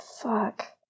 Fuck